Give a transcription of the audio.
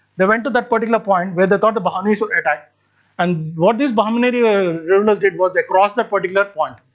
they went to that particular point where they thought the bahmanis would attack and what this bahmani ruler did was they crossed that particular point.